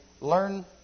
learn